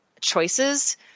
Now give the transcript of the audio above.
choices